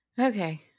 Okay